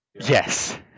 Yes